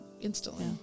instantly